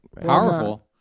Powerful